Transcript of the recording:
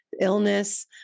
illness